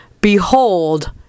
behold